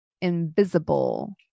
invisible